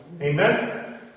Amen